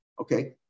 Okay